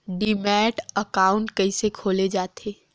Demat account कइसे खोले जाथे?